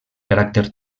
caràcter